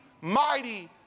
mighty